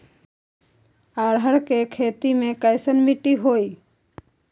अरहर के खेती मे कैसन मिट्टी होइ?